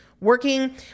working